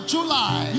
July